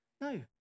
No